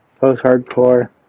post-hardcore